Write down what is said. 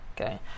Okay